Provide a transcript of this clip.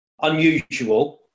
unusual